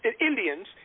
Indians